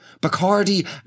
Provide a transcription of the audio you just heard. Bacardi